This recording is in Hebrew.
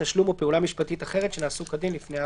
תשלום או פעולה משפטית אחרת שנעשו כדין לפני ההפסקה."